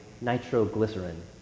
nitroglycerin